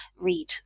read